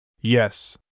Yes